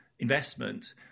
investment